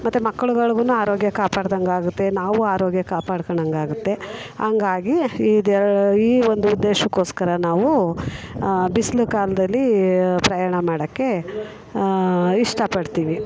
ಮತ್ತೆ ಮಕ್ಳುಗಳ್ಗುನೂ ಆರೋಗ್ಯ ಕಾಪಾಡ್ದಂತಾಗುತ್ತೆ ನಾವೂ ಆರೋಗ್ಯ ಕಾಪಾಡ್ಕೊಂಡತಾಗುತ್ತೆ ಹಂಗಾಗಿ ಈ ಈ ಒಂದು ಉದ್ದೇಶಕ್ಕೋಸ್ಕರ ನಾವು ಬಿಸಿಲು ಕಾಲದಲ್ಲಿ ಪ್ರಯಾಣ ಮಾಡೋಕ್ಕೆ ಇಷ್ಟ ಪಡ್ತೀವಿ